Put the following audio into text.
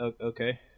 okay